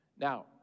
Now